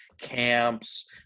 camps